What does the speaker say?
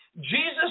jesus